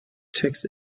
text